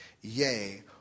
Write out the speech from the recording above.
yea